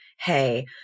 hey